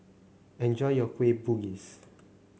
enjoy your Kueh Bugis